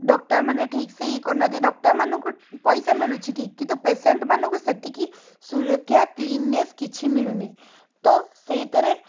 ଡକ୍ଟର୍ମାନେ ଠିକ୍ ସେ ଇଏ କରୁନାହାନ୍ତି ଡକ୍ଟର୍ମାନଙ୍କୁ ପଇସା ମିଳୁଛି ଠିକ୍ କିନ୍ତୁ ପେସେଣ୍ଟ୍ମାନଙ୍କୁ ସେତିକି ସୁରକ୍ଷା କ୍ଲିନନେସ୍ କିଛି ମିଳୁନି ତ ସେଇତରେ